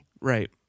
Right